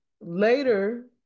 later